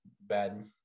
bad